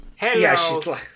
Hello